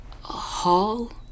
hall